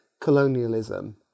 colonialism